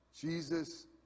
Jesus